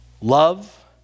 love